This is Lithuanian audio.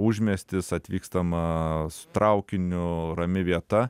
užmiestis atvykstama traukiniu rami vieta